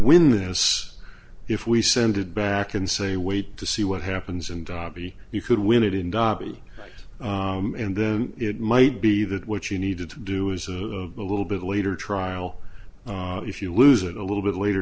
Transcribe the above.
win this if we send it back and say wait to see what happens and dobby you could win it in dobie and then it might be that what you needed to do is of the little bit later trial if you lose it a little bit later